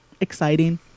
exciting